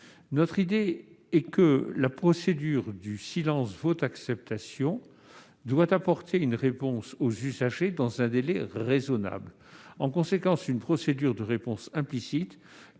Notre idée est que la procédure du silence vaut acceptation doit apporter une réponse aux usagers dans un délai raisonnable. Une procédure de réponse implicite